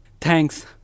Thanks